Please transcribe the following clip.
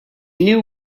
knew